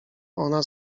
ona